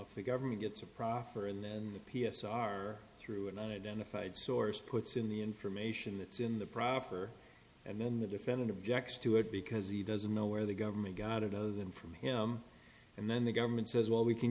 if the government gets a proffer in the p s r through an identified source puts in the information that's in the proffer and then the defendant objects to it because he doesn't know where the government got it other than from him and then the government says well we can